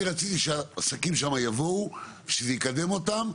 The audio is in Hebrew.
אני רציתי שהעסקים שם יבואו ושזה יקדם אותם,